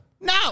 No